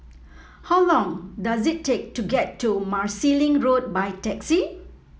how long does it take to get to Marsiling Road by taxi